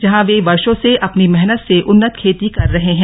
जहां पर वे वर्षों से अपनी मेहनत से उन्नत खेती कर रहे हैं